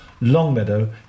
Longmeadow